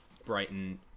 Brighton